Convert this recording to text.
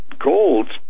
gold